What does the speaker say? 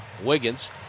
Wiggins